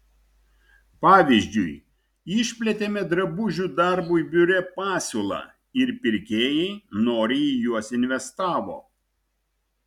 pavyzdžiui išplėtėme drabužių darbui biure pasiūlą ir pirkėjai noriai į juos investavo